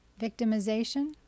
victimization